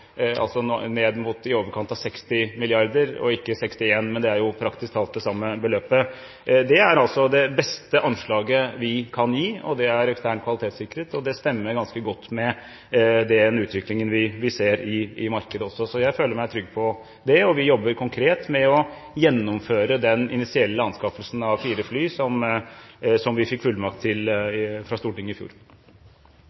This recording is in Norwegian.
i overkant av 60 mrd. kr, og ikke 61 mrd. kr, men det er praktisk talt det samme beløpet. Det er det beste anslaget vi kan gi, og det er eksternt kvalitetssikret, og det stemmer ganske godt med den utviklingen vi ser i markedet også. Jeg føler meg trygg på det, og vi jobber konkret med å gjennomføre den initielle anskaffelsen av fire fly, som vi fikk fullmakt til